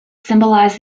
symbolize